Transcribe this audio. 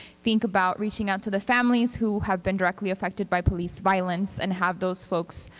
think about reaching out to the families who have been directly affected by police violence and have those folks